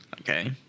Okay